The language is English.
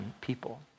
people